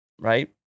right